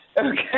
okay